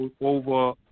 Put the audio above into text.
over